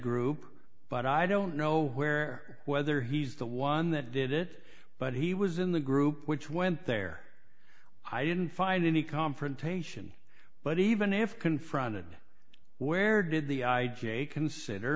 group but i don't know where whether he's the one that did it but he was in the group which went there i didn't find any confrontation but even if confronted where did the idea consider